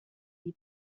die